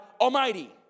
Almighty